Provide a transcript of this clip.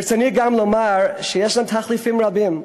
ברצוני גם לומר שישנם תחליפים רבים,